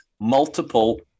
multiple